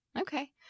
Okay